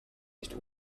nicht